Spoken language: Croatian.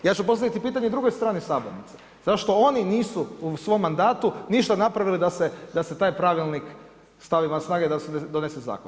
Ja ću postaviti pitanje drugoj strani sabornice, zašto oni nisu u svom mandatu ništa napravili da se taj pravilnik stavi van snage da se donese zakon?